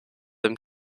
them